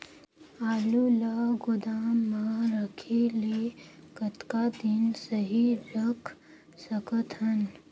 आलू ल गोदाम म रखे ले कतका दिन सही रख सकथन?